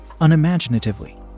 unimaginatively